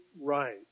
right